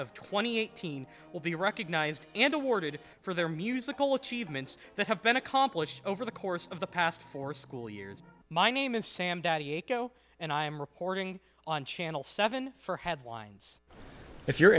of twenty eighteen will be recognized and awarded for their musical achievements that have been accomplished over the course of the past four school years my name is sam and i'm reporting on channel seven for headlines if you're